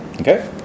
Okay